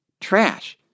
trash